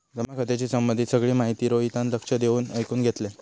जमा खात्याशी संबंधित सगळी माहिती रोहितान लक्ष देऊन ऐकुन घेतल्यान